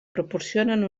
proporcionen